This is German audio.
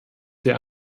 der